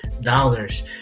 dollars